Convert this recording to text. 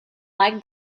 like